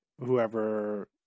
whoever